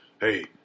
Hey